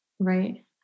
Right